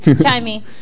Timey